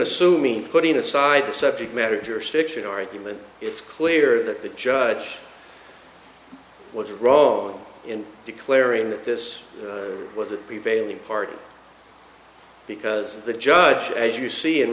assuming putting aside the subject matter jurisdiction argument it's clear that the judge was wrong in declaring that this was a prevailing party because the judge as you see in